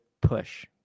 push